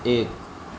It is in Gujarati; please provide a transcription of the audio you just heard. એક